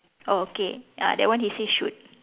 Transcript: oh okay ah that one he say shoot